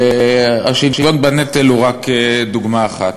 השוויון בנטל הוא רק דוגמה אחת.